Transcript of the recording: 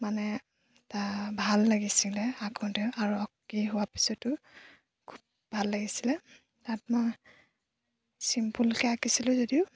মানে এটা ভাল লাগিছিলে আকোঁতে আৰু আঁকি হোৱাৰ পিছতো খুব ভাল লাগিছিলে তাত মই ছিম্পলকৈ আঁকিছিলোঁ যদিও